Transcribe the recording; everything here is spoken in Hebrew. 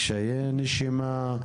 קשיי נשימה,